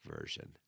version